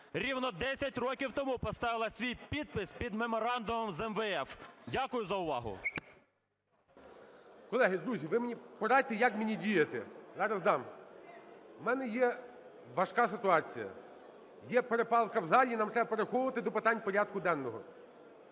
рівно 10 років тому поставила свій підпис під меморандумом з МВФ. Дякую за увагу. ГОЛОВУЮЧИЙ. Колеги, друзі, ви мені порадьте, як мені діяти. Зараз дам. У мене є важка ситуація, є перепалка в залі, нам треба переходити до питань порядку денного.